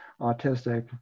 autistic